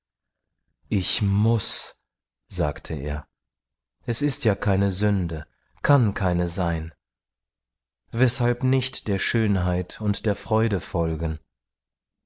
ich muß sagte er es ist ja keine sünde kann keine sein weshalb nicht der schönheit und der freude folgen